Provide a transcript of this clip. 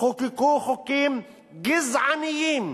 חוקקה חוקים גזעניים,